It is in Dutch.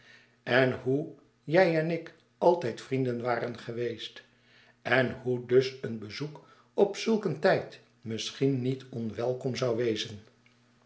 en hoe jij en ik altijd vrienden waren geweest en hoe dus een bezoek op zulk een tijd misschien niet onwelkom zou wezen